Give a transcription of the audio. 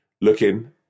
looking